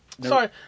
Sorry